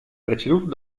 preceduto